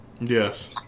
Yes